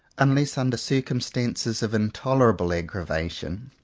unless under circumstances of in tolerable aggravation,